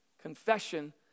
Confession